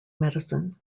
medicine